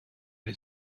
get